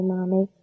Mommy